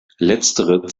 letztere